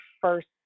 first